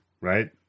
right